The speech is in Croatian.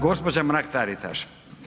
Gospođa Mrak Taritaš.